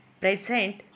present